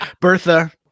Bertha